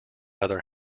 other